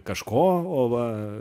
kažko o va